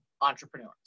entrepreneurs